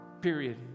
Period